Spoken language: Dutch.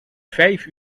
vijf